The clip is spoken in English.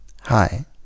Hi